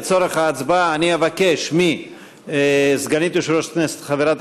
לצורך ההצבעה אני אבקש מסגנית יושב-ראש הכנסת חברת